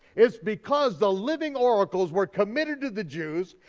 it's because the living oracles were committed to the jews,